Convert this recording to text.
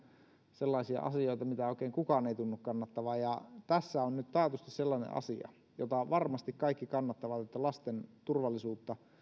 sellaisia asioita joita oikein kukaan ei tunnu kannattavan tässä on nyt taatusti sellainen asia jota varmasti kaikki kannattavat sitä että lasten turvallisuutta